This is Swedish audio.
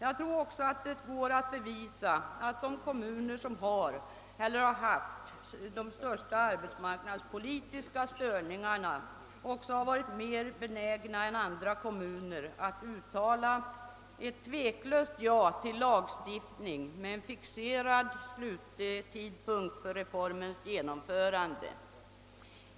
Jag tror också att det går att bevisa att de kommuner som har eller har haft de största arbetsmarknadspolitiska störningarna också har varit mer benägna än andra kommuner att uttala ett tveklöst ja till lagstiftning med en fixerad sluttidpunkt för reformens genomförande.